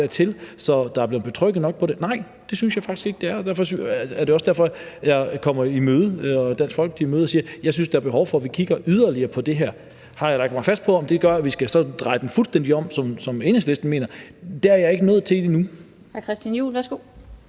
at man kan være betrygget ved den? Nej, det synes jeg faktisk ikke den er, og derfor kommer jeg også Dansk Folkeparti i møde ved at sige, at jeg synes, der er behov for at kigge yderligere på det her. Har jeg lagt mig fast på, om det gør, at vi skal dreje den fuldstændig om, som Enhedslisten mener? Der er jeg ikke nået til endnu.